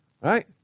right